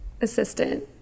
assistant